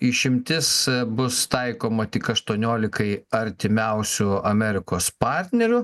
išimtis bus taikoma tik aštuoniolikai artimiausių amerikos partnerių